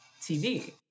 TV